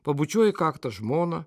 pabučiuoja į kaktą žmoną